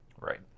Right